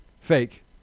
fake